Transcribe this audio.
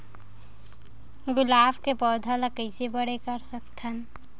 गुलाब के पौधा ल कइसे जल्दी से बड़े कर सकथन?